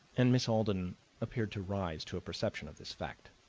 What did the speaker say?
and miss alden appeared to rise to a perception of this fact.